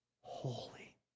holy